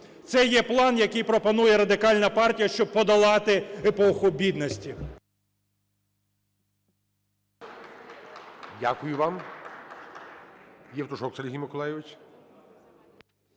Це є план, який пропонує Радикальна партія, щоб подолати епоху бідності.